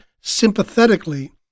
sympathetically